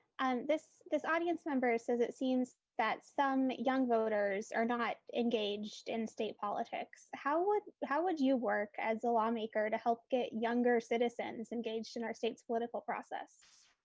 and this, this audience member says it seems that some young voters are not engaged in state politics. how would how would you work as a lawmaker to help get younger citizens engaged in our state's political process?